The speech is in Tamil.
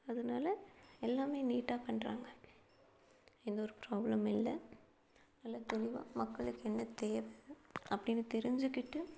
அதனால எல்லாம் நீட்டாக பண்ணுறாங்க எந்த ஒரு பிராப்ளமும் இல்லை நல்லா தெளிவாக மக்களுக்கு என்ன தேவை அப்படின்னு தெரிஞ்சுக்கிட்டு